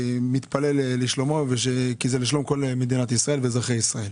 מתפלל לשלומו כי זה לשלום כל מדינת ישראל ואזרחי ישראל.